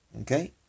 Okay